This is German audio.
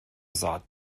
saat